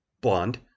Blonde